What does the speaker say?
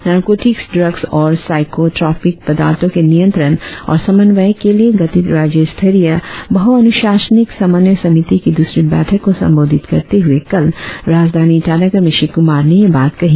narcotics drugs और psychotropic पदार्थों के नियंत्रण और समन्वय के लिए गठित राज्य स्तरीय बहु अनुशासनिक समन्वय समिति की द्रसरी बैठक को संबोधित करते हुए कल राजधानी ईटानगर में श्री कुमार ने यह बात कही